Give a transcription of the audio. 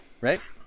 Right